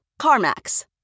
CarMax